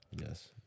Yes